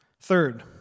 Third